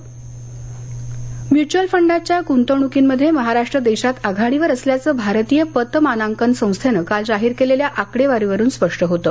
mutual fund mutual फंडातल्या गुंतवणुकीमध्ये महाराष्ट्र देशात आघाडीवर असल्याचं भारतीय पत मानांकन संस्थेनं काल जाहीर केलेल्या आकडेवारीवरून स्पष्ट होतं